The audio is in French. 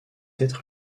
être